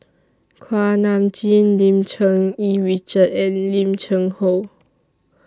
Kuak Nam Jin Lim Cherng Yih Richard and Lim Cheng Hoe